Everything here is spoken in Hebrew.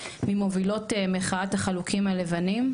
ממובילות מחאת החלוקים הלבנים,